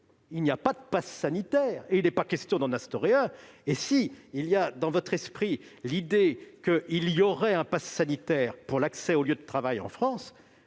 il n'y a pas de passe sanitaire, et il n'est pas question d'en instaurer un. S'il y a dans votre esprit l'idée qu'il y aurait un passe sanitaire pour l'accès aux lieux de travail en France,